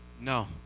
No